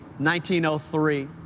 1903